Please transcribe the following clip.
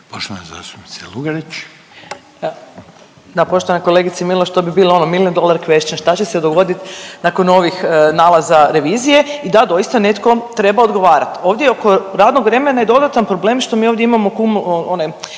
**Lugarić, Marija (SDP)** Da, poštovana kolegice Miloš, to bi bilo ono million dolar question, što će se dogoditi nakon ovih nalaza revizije i da, doista netko treba odgovarati. Ovdje oko radnog vremena je dodatan problem što mi ovdje imamo .../Govornik